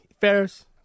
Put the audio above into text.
Ferris